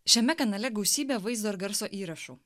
šiame kanale gausybė vaizdo ir garso įrašų